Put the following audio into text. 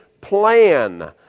plan